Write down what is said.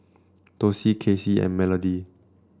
Dossie Kasey and Melodee